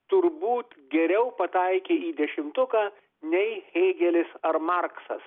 turbūt geriau pataikė į dešimtuką nei hėgelis ar marksas